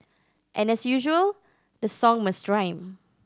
and as usual the song must rhyme